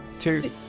two